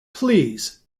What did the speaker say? please